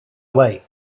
away